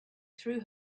through